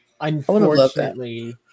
unfortunately